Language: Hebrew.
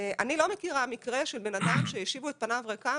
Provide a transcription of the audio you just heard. אני לא מכירה מקרה של בן אדם שהשיבו את פניו ריקם